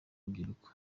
rubyiruko